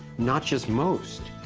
not just most,